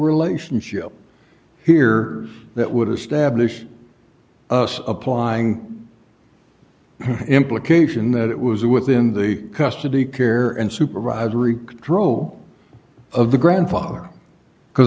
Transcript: relationship here that would establish us applying the implication that it was within the custody care and supervisory control of the grandfather because